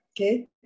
Okay